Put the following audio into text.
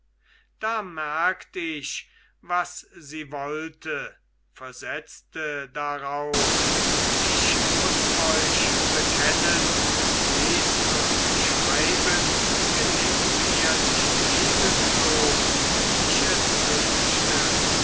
da merkt ich was sie wollte versetzte darauf ich muß euch bekennen lesen und schreiben gelingt mir nicht eben so wie ich es wünschte